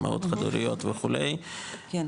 אימהות חד-הוריות וכו' -- כן.